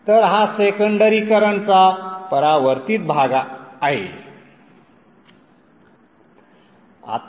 तर हा सेकंडरी करंटचा परावर्तित भाग आहे